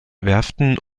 werften